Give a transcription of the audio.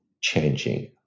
changing